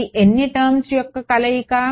ఇది ఎన్ని టర్మ్స్ యొక్క కలియిక